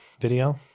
video